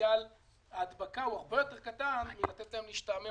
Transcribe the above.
שפוטנציאל ההדבקה הרבה יותר קטן מאשר לתת להם להשתעמם